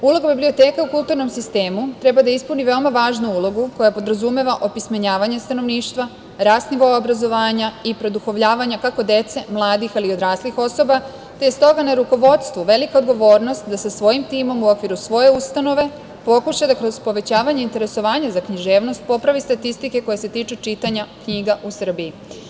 Uloga biblioteka u kulturnom sistemu treba da ispuni veoma važnu ulogu koja podrazumeva opismenjavanje stanovništva, rast nivoa obrazovanja i produhovljavanja kako dece, mladih ali i odraslih osoba, te je stoga na rukovodstvu velika odgovornost da sa svojim timom u okviru svoje ustanove pokuša da kroz povećavanje interesovanja za književnost popravi statistike koje se tiču čitanja knjiga u Srbiji.